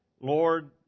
Lord